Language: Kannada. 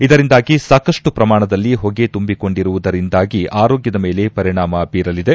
ಇದರಿಂದಾಗಿ ಸಾಕಷ್ಟು ಪ್ರಮಾಣದಲ್ಲಿ ಹೊಗೆ ತುಂಬಿಕೊಂಡಿರುವುದರಿಂದ ಆರೋಗ್ಡದ ಮೇಲೆ ಪರಿಣಾಮ ಬೀರಲಿದೆ